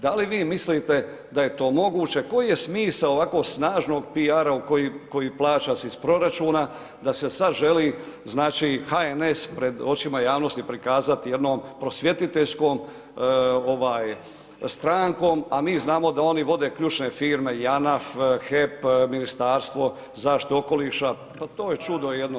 Da li vi mislite a je to moguće, koji je smisao ovako snažnog PR-a koji plaća se iz proračuna da se sad želi znači HNS pred očima javnosti prikazati jednom prosvjetiteljskom ovaj strankom, a mi znamo da oni vode ključne firme JANAF, HEP, Ministarstvo zaštite okoliša, pa to je čudo jedno.